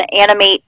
animate